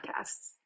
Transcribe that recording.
podcasts